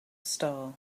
star